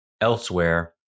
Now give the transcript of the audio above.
Elsewhere